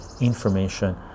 information